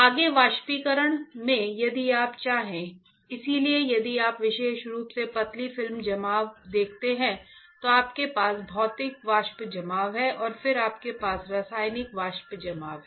आगे वाष्पीकरण में यदि आप चाहें इसलिए यदि आप विशेष रूप से पतली फिल्म जमाव देखते हैं तो आपके पास भौतिक वाष्प जमाव है और फिर आपके पास रासायनिक वाष्प जमाव है